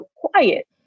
quiet